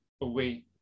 away